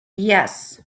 yes